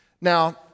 Now